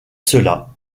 cela